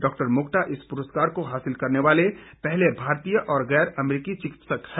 doctor Mokta इस पुरस्कार को हासिल करने वाले पहले भारतीय और गैर अमरिकी चिकित्सक है